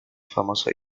famoso